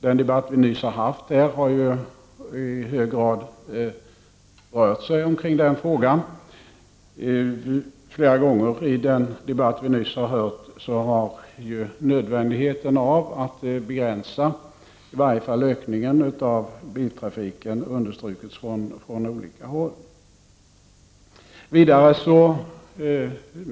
Den debatt som vi nyss har haft här har i hög grad rört sig kring den frågan. Flera gånger i den debatt som vi nyss hört har nödvändigheten av att begränsa i varje fall ökningen av biltrafiken understrukits från olika håll.